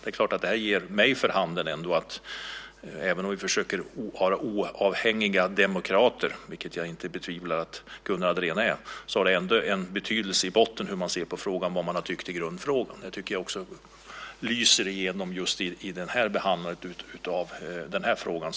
Det ger för mig vid handen, även om vi försöker vara oavhängiga demokrater, vilket jag inte betvivlar att Gunnar Andrén är, att det ändå har en betydelse i botten hur man ser på frågan, vad man har tyckt i grundfrågan. Det tycker jag också lyser igenom i behandlingen av den här frågan.